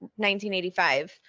1985